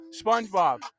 SpongeBob